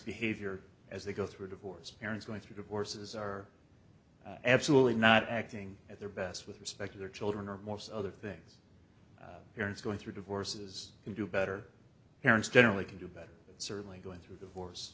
behavior as they go through a divorce parents going through divorces are absolutely not acting at their best with respect to their children or most other things parents going through divorces can do better parents generally can do better certainly going through